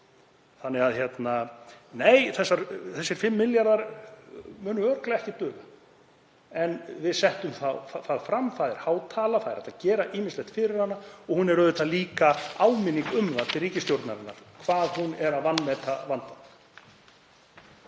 Þannig að nei, þessir 5 milljarðar munu örugglega ekki duga, en við settum það fram. Þetta er há tala, það er hægt að gera ýmislegt fyrir hana og hún er auðvitað líka áminning um það til ríkisstjórnarinnar að hún er að vanmeta vandann.